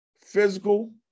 physical